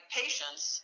patients